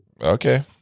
Okay